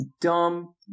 dumb